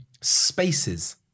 spaces